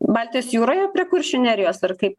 baltijos jūroje prie kuršių nerijos ar kaip